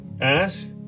Ask